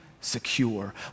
secure